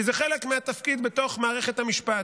כי זה חלק מהתפקיד בתוך מערכת המשפט.